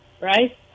right